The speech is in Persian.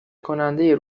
کننده